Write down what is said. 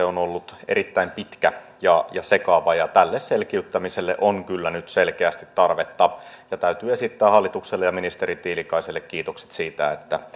on ollut erittäin pitkä ja sekava ja tälle selkiyttämiselle on kyllä nyt selkeästi tarvetta täytyy esittää hallitukselle ja ministeri tiilikaiselle kiitokset siitä että